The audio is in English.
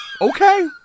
Okay